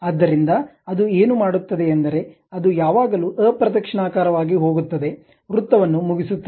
ಆದ್ದರಿಂದ ಅದು ಏನು ಮಾಡುತ್ತದೆ ಎಂದರೆ ಅದು ಯಾವಾಗಲೂ ಅಪ್ರದಕ್ಷಿಣಾಕಾರವಾಗಿ ಹೋಗುತ್ತದೆ ವೃತ್ತವನ್ನು ಮುಗಿಸುತ್ತದೆ